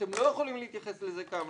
אתם לא יכולים להתייחס לזה כהמלצה.